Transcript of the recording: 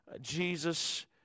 Jesus